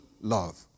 love